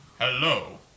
Hello